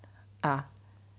ah